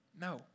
No